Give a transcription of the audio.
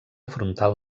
frontal